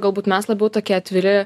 galbūt mes labiau tokie atviri